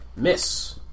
Miss